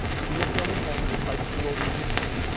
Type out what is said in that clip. single-family homes, priced below the median,